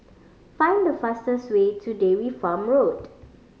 find the fastest way to Dairy Farm Road